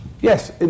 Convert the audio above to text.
Yes